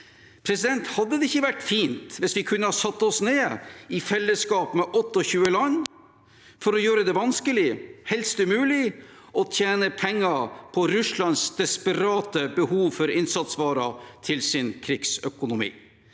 dørstokk. Hadde det ikke vært fint hvis vi kunne ha satt oss ned i fellesskap med 28 land for å gjøre det vanskelig, helst umulig, å tjene penger på Russlands desperate behov for innsatsvarer til sin krigsøkonomi?